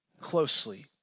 closely